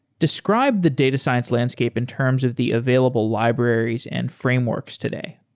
describe the data science landscape in terms of the available libraries and frameworks today